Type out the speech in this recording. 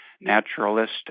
naturalist